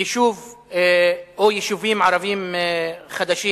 יישוב או יישובים ערביים חדשים.